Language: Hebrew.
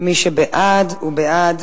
מי שבעד, הוא בעד